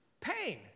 pain